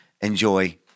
enjoy